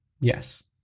Yes